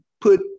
put